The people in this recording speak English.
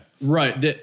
right